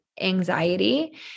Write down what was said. anxiety